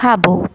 खाॿो